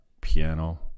piano